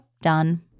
done